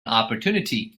opportunity